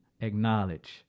acknowledge